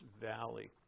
valley